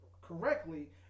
correctly